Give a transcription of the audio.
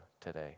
today